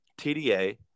TDA